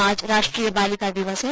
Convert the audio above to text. आज राष्ट्रीय बालिका दिवस है